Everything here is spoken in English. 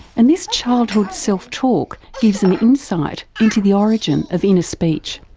and this childhood self-talk gives an insight into the origin of inner speech.